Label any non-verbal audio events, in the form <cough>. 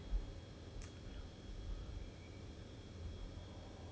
<noise> stru~ str~ stru~ struggling lah sometimes need to struggle to find things to say